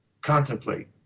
contemplate